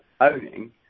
owning